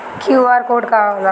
QR code का होला?